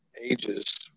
ages